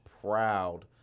proud